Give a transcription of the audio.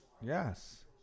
Yes